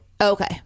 Okay